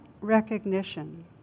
recognition